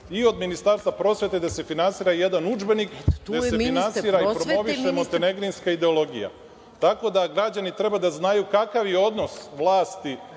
i od Ministarstva prosvete da se finansira jedan udžbenik gde se finansira i promoviše montenegranska ideologija. Tako da građani treba da znaju kakav je odnos vlasti